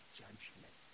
judgment